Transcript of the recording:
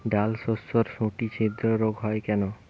ডালশস্যর শুটি ছিদ্র রোগ হয় কেন?